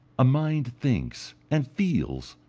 a mind thinks, and feels,